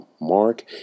mark